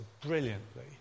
brilliantly